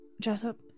Jessup